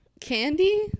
candy